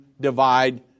divide